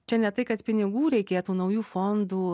čia ne tai kad pinigų reikėtų naujų fondų